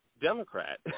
Democrat